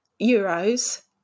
euros